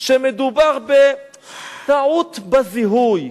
שמדובר ב"טעות בזיהוי"?